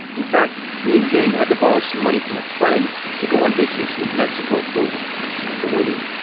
in fact, he and jane had to borrow some money from a friend to go on vacation in mexico for a week after winning.